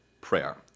prayer